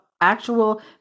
actual